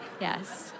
Yes